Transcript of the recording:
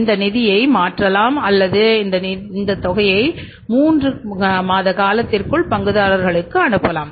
இந்த நிதியை மாற்றலாம் அல்லது இந்த தொகையை 3 காலத்திற்குள் பங்குதாரர்களுக்கு அனுப்பலாம்